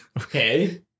Okay